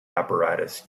apparatus